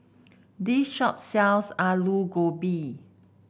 this shop sells Alu Gobi